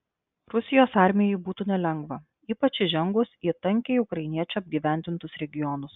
rusijos armijai būtų nelengva ypač įžengus į tankiai ukrainiečių apgyvendintus regionus